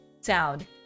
sound